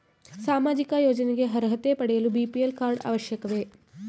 ಸಾಮಾಜಿಕ ಯೋಜನೆಗೆ ಅರ್ಹತೆ ಪಡೆಯಲು ಬಿ.ಪಿ.ಎಲ್ ಕಾರ್ಡ್ ಅವಶ್ಯಕವೇ?